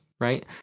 right